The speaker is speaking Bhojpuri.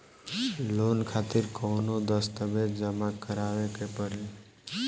लोन खातिर कौनो दस्तावेज जमा करावे के पड़ी?